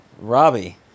Robbie